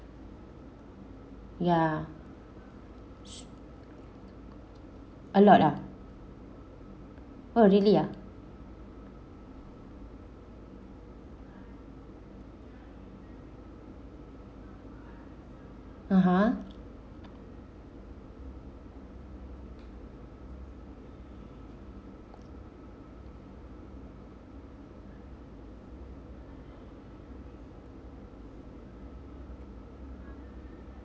ya a lot ah oh really ah uh-huh